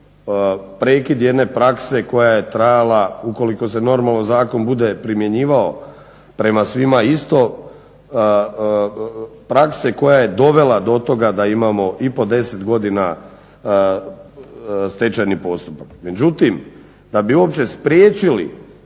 prekid jedne prakse koja je trajala, ukoliko se normalno zakon bude primjenjivao prema svima isto, prakse koja je dovela do toga da imamo i po 10 godina stečajni postupak. Međutim, da bi uopće spriječili